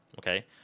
okay